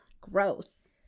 gross